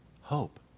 hope